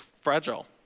fragile